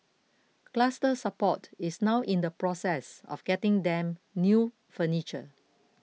Cluster Support is now in the process of getting them new furniture